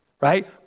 right